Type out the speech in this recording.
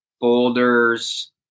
boulders